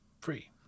free